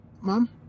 mom